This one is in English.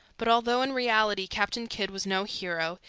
but although in reality captain kidd was no hero,